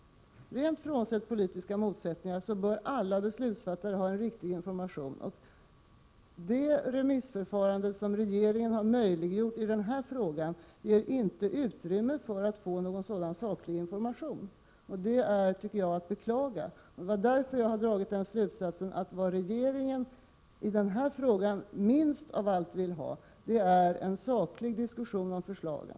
Frånsett politiska motsättningar bör alla beslutfattare ha en riktig information. Det remissförfarande som regeringen har möjliggjort i denna fråga, ger inte utrymme för att man skall kunna få någon sådan saklig information. Det är att beklaga. Jag har därför dragit slutsatsen att regeringen i denna fråga minst av allt vill ha en saklig diskussion om förslagen.